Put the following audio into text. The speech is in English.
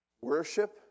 worship